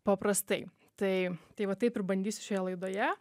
paprastai tai tai va taip ir bandysiu šioje laidoje